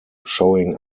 showing